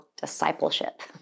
discipleship